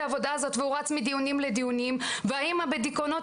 העבודה והוא רץ מדיונים לדיונים והאימא בדיכאונות,